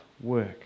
work